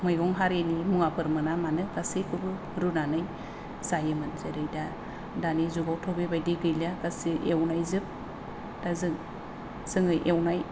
मैगं हारिनि मुवाफोर मोना मानो गासैखौबो रुनानै जायोमोन जेरै दा दानि जुगावथ' बेबायदि गैला गासिबो एउनायजोब दा जों जोङो एउनाय